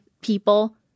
people